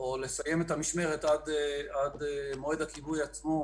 או לסיים את המשמרת עד מועד הכיבוי עצמו,